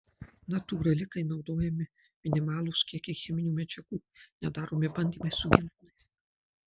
natūrali kai naudojami minimalūs kiekiai cheminių medžiagų nedaromi bandymai su gyvūnais